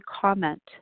comment